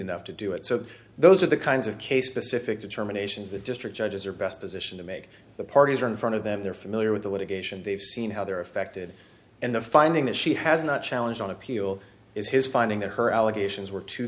enough to do it so those are the kinds of case specific determinations that district judges are best position to make the parties are in front of them they're familiar with the litigation they've seen how they're affected and the finding that she has not challenge on appeal is his finding that her allegations were too